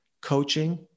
coaching